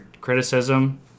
criticism